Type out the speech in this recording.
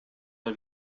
mal